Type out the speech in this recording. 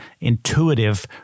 intuitive